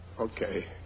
Okay